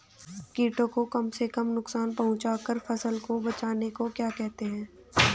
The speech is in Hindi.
कीटों को कम से कम नुकसान पहुंचा कर फसल को बचाने को क्या कहते हैं?